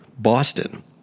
Boston